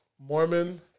Mormon